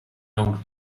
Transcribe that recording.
langue